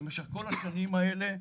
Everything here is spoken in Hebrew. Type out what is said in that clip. במשך כל השנים האלה,